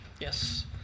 Yes